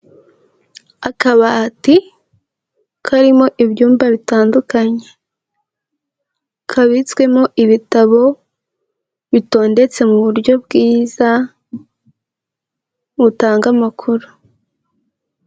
Akabati karimo ibyumba bitandukanye, kabitswemo ibitabo, bitondetse mu buryo bwiza, butanga amakuru.